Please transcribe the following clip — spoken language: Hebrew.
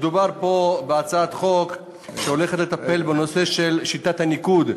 מדובר פה בהצעת חוק שהולכת לטפל בנושא של שיטת הניקוד.